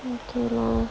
oh okay lor